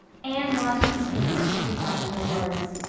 anne wanted to speak but she could find no words.